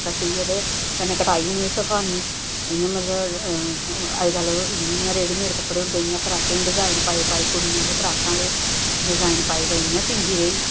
कट्टियै ते कन्नै कटाई सखानी इ'यां मतलब अज्जकल इ'यां जियां रेडीमेड कपड़े होंदे इ'यां फराकें दे डिजाइन पाई पाई कुड़ियां फ्राकां आह्ले डिजाइन पाई पाई इ'यां सींदी रेही